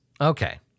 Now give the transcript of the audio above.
Okay